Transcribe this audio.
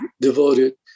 devoted